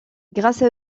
grâce